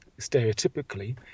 stereotypically